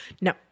No